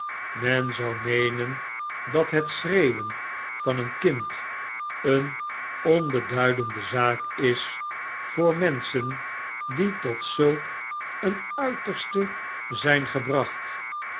men zou meenen dat het schreeuwen van een kind een onbeduidende zaak is voormenschen die tot zulk een uiterste zijngebracht